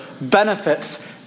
benefits